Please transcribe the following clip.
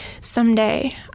someday